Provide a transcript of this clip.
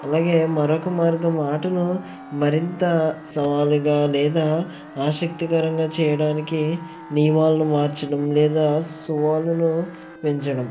అలాగే మరొక మార్గం ఆటను మరింత సవాలుగా లేదా ఆసక్తికరంగా చేయడానికి నియమాలను మార్చడం లేదా సువాలను పెంచడం